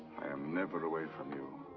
i am never away from you.